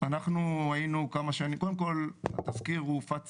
קודם כל התזכיר הופץ